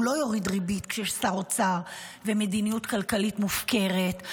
הוא לא יוריד ריבית כשיש שר אוצר ומדיניות כלכליות מופקרת,